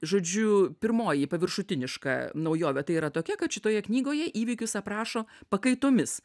žodžiu pirmoji paviršutiniška naujovė tai yra tokia kad šitoje knygoje įvykius aprašo pakaitomis